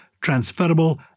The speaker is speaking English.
transferable